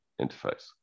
interface